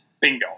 Bingo